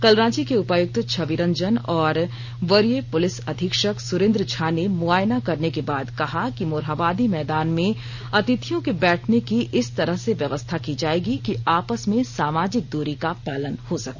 कल रांची के उपायुक्त छविरंजन और वरीय पुलिस अधीक्षक सुरेन्द्र झा ने मुआयना करने के बाद कहा कि मोरहाबादी मैदान में अतिथियों के बैठने की इस तरह से व्यवस्था की जायेगी कि आपस में सामाजिक दूरी का पालन हो सके